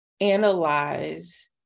analyze